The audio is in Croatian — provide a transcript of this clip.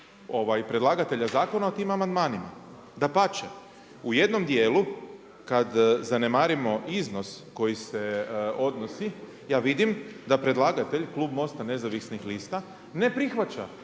predlagatelja zakona o tim amandmanima. Dapače, u jednom dijelu, kada zanemarimo iznos koji se odnosi, ja vidim, da predlagatelj, Klub Mosta nezavisnih lista ne prihvaća